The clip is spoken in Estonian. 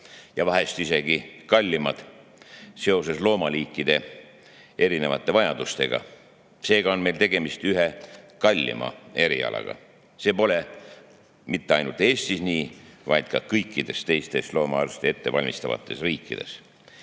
vahest isegi kallimad, sest loomaliikidel on erinevad vajadused. Seega on meil tegemist ühe kallima erialaga. See pole nii mitte ainult Eestis, vaid on ka kõikides teistes loomaarste ette valmistavates riikides.